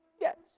Yes